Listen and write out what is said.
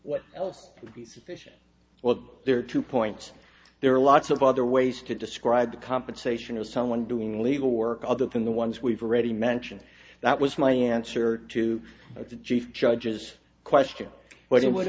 what else would be sufficient well there are two points there are lots of other ways to describe the compensation of someone doing legal work other than the ones we've already mentioned that was my answer to the chief judge's question whether it w